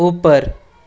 ઉપર